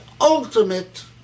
ultimate